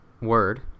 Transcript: word